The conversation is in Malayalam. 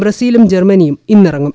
ബ്രസീലും ജർമ്മനിയും ഇന്നിറങ്ങും